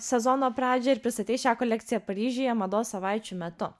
sezono pradžią ir pristatei šią kolekciją paryžiuje mados savaičių metu